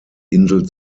insel